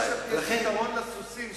יש פתרון לסוסים,